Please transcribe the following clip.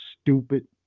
stupid